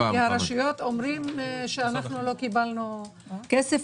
הרשויות אומרות שלא קיבלנו כסף.